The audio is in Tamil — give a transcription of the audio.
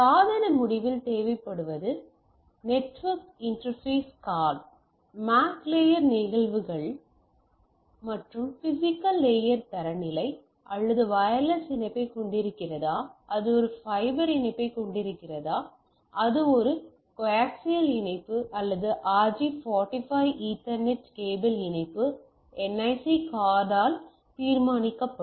சாதன முடிவில் தேவைப்படுவது network interface card MAC layer நிகழ்வுகள் மற்றும் பிசிக்கல் லேயர் தரநிலை இது வயர்லெஸ் இணைப்பைக் கொண்டிருக்கிறதா அது ஒரு ஃபைபர் இணைப்பைக் கொண்டிருக்கிறதா அது ஒரு கோஆக்சியல் இணைப்பு அல்லது RJ 45 ஈத்தர்நெட் கேபிள் இணைப்பு NIC கார்டால் தீர்மானிக்கப்படும்